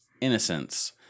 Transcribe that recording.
Innocence